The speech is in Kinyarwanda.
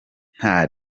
nta